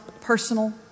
personal